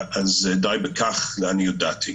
אז די בכך לעניות דעתי.